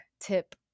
tip